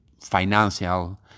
financial